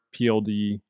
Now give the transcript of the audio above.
pld